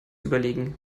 überlegen